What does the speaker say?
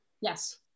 Yes